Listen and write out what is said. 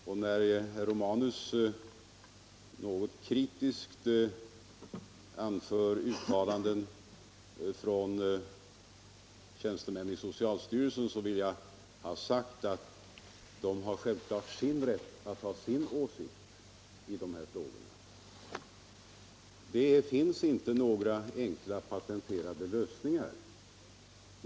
När herr Romanus något kritiskt anför uttalanden från tjänstemän i socialstyrelsen vill jag ha sagt att de självklart har rätt att ha sin åsikt i de här frågorna. Det finns naturligtvis inte några enkla patenterade lösningar.